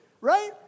right